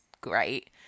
great